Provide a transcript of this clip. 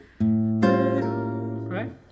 Right